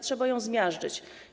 Trzeba ją zmiażdżyć.